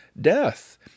Death